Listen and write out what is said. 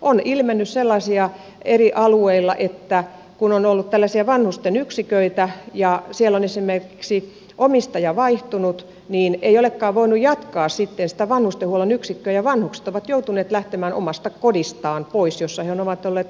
on ilmennyt sellaisia tapauksia eri alueilla että kun on ollut tällaisia vanhusten yksiköitä ja siellä on esimerkiksi omistaja vaihtunut niin ei olekaan voinut jatkaa sitten sitä vanhustenhuollon yksikköä ja vanhukset ovat joutuneet lähtemään omasta kodistaan pois jossa he ovat olleet aika kauan